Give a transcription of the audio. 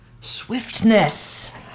Swiftness